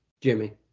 Jimmy